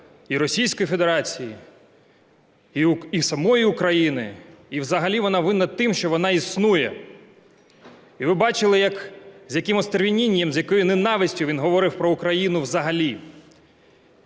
і Російської Федерації, і самої України, і взагалі вона винна тим, що вона існує. І ви бачили, з яким остервенінням, з якою ненавистю він говорив про Україну взагалі.